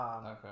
Okay